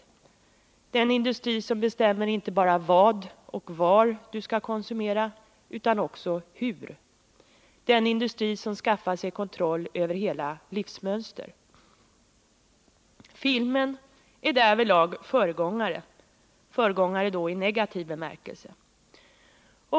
Medvetandeindustrin bestämmerinte bara vad och var du skall konsumera, utan också hur. Den skaffar sig kontroll över hela livsmönster. Filmen är därvidlag föregångare, föregångare i negativ bemärkelse.